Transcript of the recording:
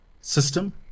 system